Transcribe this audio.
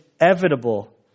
inevitable